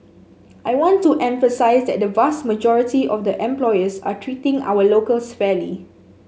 I want to emphasise that the vast majority of the employers are treating our locals fairly